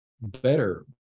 better